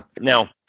Now